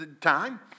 time